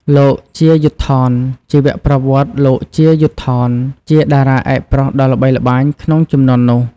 លោក ជា យុទ្ធថន ជីវប្រវត្តិ លោក ជា យុទ្ធថន ជាតារាឯកប្រុសដ៏ល្បីល្បាញក្នុងជំនាន់នោះ។